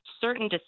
certain